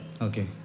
okay